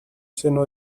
seno